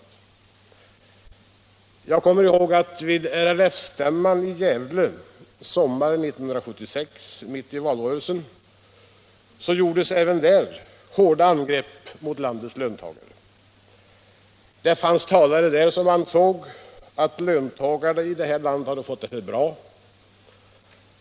Även vid RLF-stämman i Gävle sommaren 1976 — mitt i valrörelsen = förekom hårda angrepp mot landets löntagare. Det fanns talare där som ansåg att löntagarna här i landet hade fått det för bra.